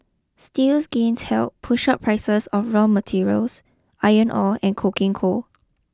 steel's gains helped push up prices of raw materials iron ore and coking coal